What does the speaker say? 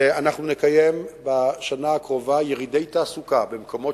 ואנחנו נקיים בשנה הקרובה ירידי תעסוקה במקומות